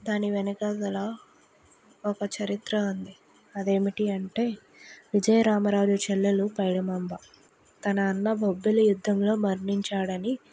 దాని వెనకాదల ఒక చరిత్ర ఉంది అదేమిటి అంటే విజయరామరాజు చెల్లెలు పైడిమాంబ తన అన్న బొబ్బిలి యుద్ధంలో మరణించాడని